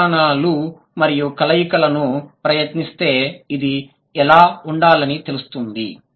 ప్రస్తారణలు మరియు కలయికలను ప్రయత్నిస్తే ఇది ఎలా ఉండాలని తెలుస్తుంది